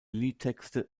liedtexte